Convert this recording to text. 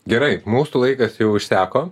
gerai mūsų laikas jau išseko